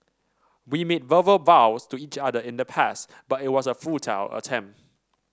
we made verbal vows to each other in the past but it was a futile attempt